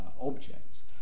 objects